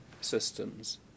systems